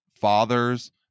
fathers